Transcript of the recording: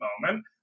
moment